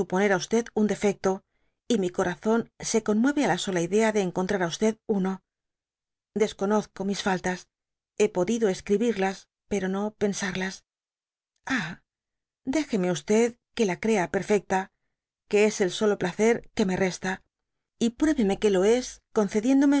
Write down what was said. á un defecto y mi corazón se conmueve á la sola idea de encontrar á uno desconozco mis faltas hé podido escribirlas pero no pensarlas ah de jeme que la crea perfecta que es el solo placer que me resta y pruébeme que lo es